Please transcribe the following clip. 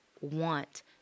want